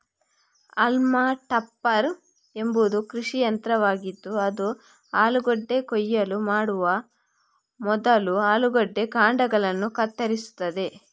haulm topper ಎಂಬುದು ಕೃಷಿ ಯಂತ್ರವಾಗಿದ್ದು ಅದು ಆಲೂಗಡ್ಡೆ ಕೊಯ್ಲು ಮಾಡುವ ಮೊದಲು ಆಲೂಗಡ್ಡೆ ಕಾಂಡಗಳನ್ನು ಕತ್ತರಿಸುತ್ತದೆ